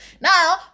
Now